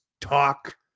talk